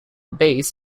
bass